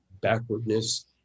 backwardness